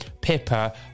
Pippa